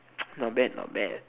not bad not bad